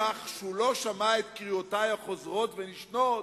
שהוא לא שמע את קריאותי החוזרות ונשנות.